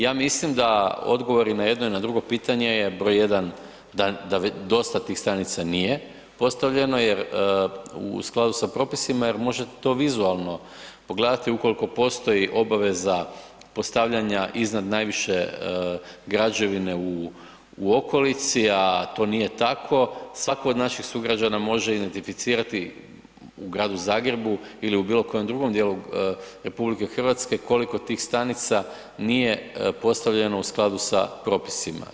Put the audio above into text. Ja mislim da odgovori i na jedno i na drugo pitanje je broj jedan da dosta tih stanica nije postavljeno jer u skladu sa propisima jer možete to vizualno pogledati ukoliko postoji obaveza postavljanja iznad najviše građevine u okolici, a to nije tako svatko od naših sugrađana može identificirati u Gradu Zagrebu ili u bilo kojem drugom dijelu RH koliko tih stanica nije postavljeno u skladu sa propisima.